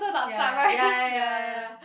ya ya ya ya ya ya ya